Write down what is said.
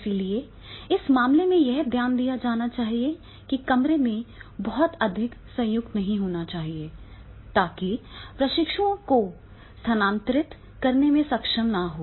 इसलिए इस मामले में यह ध्यान दिया जाना चाहिए कि कमरे में बहुत अधिक संयुक्त नहीं होना चाहिए ताकि प्रशिक्षुओं को स्थानांतरित करने में सक्षम न हों